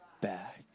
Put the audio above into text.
back